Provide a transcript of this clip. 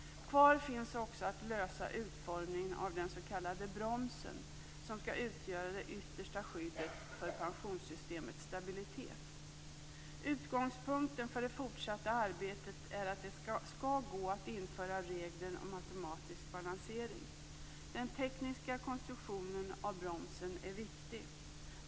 Kvar finns också att lösa utformningen av den s.k. bromsen, som skall utgöra det yttersta skyddet för pensionssystemets stabilitet. Utgångspunkten för det fortsatta arbetet är att det skall gå att införa regler om automatisk balansering. Den tekniska konstruktionen av bromsen är viktig.